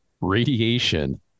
radiation